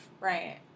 Right